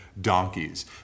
donkeys